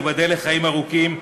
תיבדל לחיים ארוכים,